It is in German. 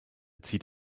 zieht